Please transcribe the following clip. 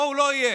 פה הוא לא יהיה.